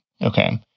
Okay